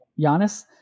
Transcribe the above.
Giannis